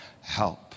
help